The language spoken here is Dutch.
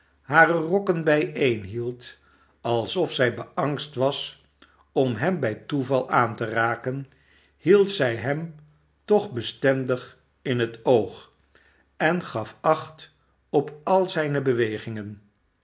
hare rokken bijeenhield alsof zij beangst was om hem bij toeval aan te raken hield zij hem toch bestendig in het oog en gaf acht op al zijne bewegingen